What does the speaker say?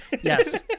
yes